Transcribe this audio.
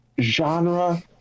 Genre